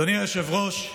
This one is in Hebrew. אדוני היושב-ראש,